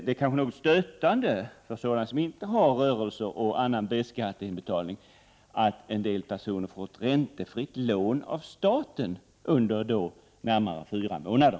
Det är stötande för sådana som inte har rörelse eller annan B-skatteinbetalning att en del personer får ett räntefritt lån av staten under närmare fyra månader.